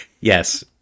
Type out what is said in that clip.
Yes